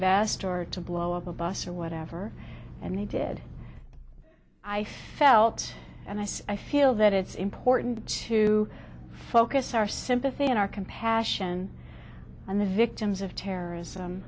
vest or to blow up a bus or whatever and he did i felt and i said i feel that it's important to focus our sympathy and our compassion on the victims of terrorism